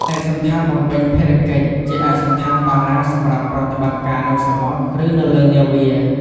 ឯកសណ្ឋានបំពេញភារកិច្ច ជាឯកសណ្ឋានប៉ារ៉ាសម្រាប់ប្រតិបត្តិការនៅសមុទ្រ ឬនៅលើនាវា។